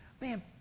Man